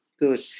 good